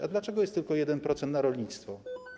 A dlaczego jest tylko 1% na rolnictwo?